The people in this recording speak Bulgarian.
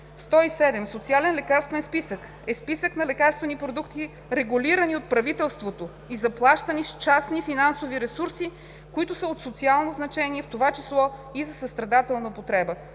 107. „Социален лекарствен списък“ е списък на лекарствени продукти, регулирани от правителството и заплащани с частни финансови ресурси, които са от социално значение, в това число и за състрадателна употреба.